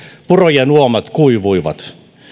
purojen uomat kuivuivat